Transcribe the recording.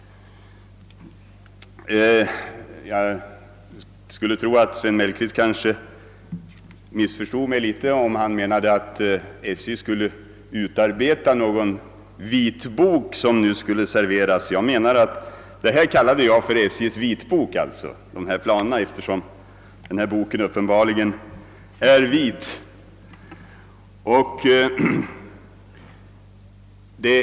Jag skulle tro att Sven Mellqvist kanske missförstod mig om han ansåg att SJ skulle utarbeia någon vitbok som nu skulle serveras. Jag kallade den bok jag har i handen för SJ:s vitbok, eftersom den uppenbarligen är vit till färgen.